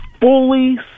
fully